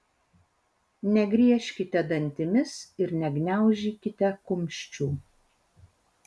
negriežkite dantimis ir negniaužykite kumščių